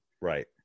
Right